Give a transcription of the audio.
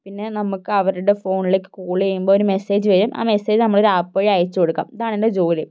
പിന്നെ നമുക്ക് അവരുടെ ഫോണിലേക്ക് കോൾ ചെയ്യുമ്പോൾ ഒരു മെസ്സേജ് വരും ആ മെസ്സേജ് നമ്മളൊരു ആപ്പ് വഴി അയച്ച് കൊടുക്കാം ഇതാണ് എൻ്റെ ജോലി